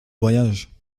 voyage